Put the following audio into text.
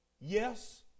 Yes